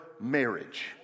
marriage